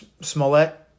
Smollett